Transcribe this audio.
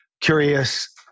curious